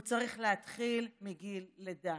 הוא צריך להתחיל מגיל לידה.